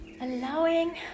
Allowing